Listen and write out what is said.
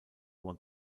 want